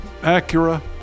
Acura